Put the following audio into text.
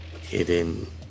hidden